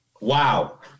wow